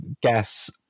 gas